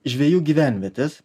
žvejų gyvenvietes